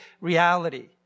reality